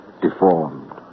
deformed